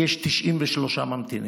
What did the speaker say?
כי יש 93 ממתינים.